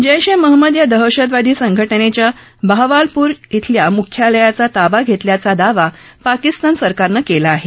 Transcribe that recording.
जैश ए महम्मद या दहशतवादी संघटनेच्या बाहवालपूर शिल्या मुख्यालयाचा ताबा घेतल्याचा दावा पाकिस्तान सरकारनं केला आहे